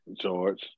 George